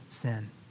sin